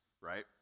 right